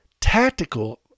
Tactical